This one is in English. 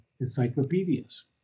encyclopedias